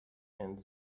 and